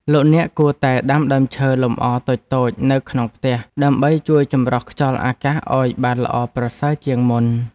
លោកអ្នកគួរតែដាំដើមឈើលម្អតូចៗនៅក្នុងផ្ទះដើម្បីជួយចម្រោះខ្យល់អាកាសឱ្យបានល្អប្រសើរជាងមុន។